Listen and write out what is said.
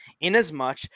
Inasmuch